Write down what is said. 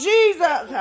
Jesus